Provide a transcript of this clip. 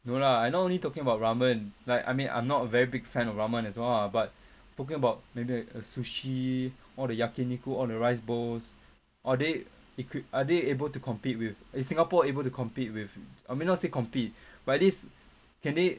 no lah I not only talking about ramen like I mean I'm not a very big fan of ramen as well ah but talking about maybe like uh sushi all the yakiniku all the rice bowls or they equipped are they able to compete with is singapore able to compete with I mean not say compete but at least can they